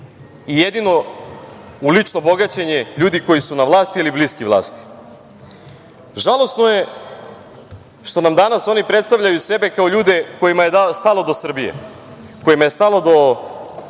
i jedino u lično bogaćenje ljudi koji su na vlasti ili bliski vlasti. Žalosno je što nam danas oni predstavljaju sebe kao ljude kojima je stalo do Srbije, kojima je stalo do